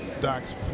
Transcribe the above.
Doc's